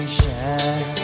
shine